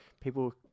people